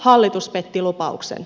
hallitus petti lupauksen